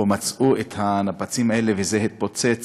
או מצאו את הנפצים האלה, וזה התפוצץ.